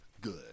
good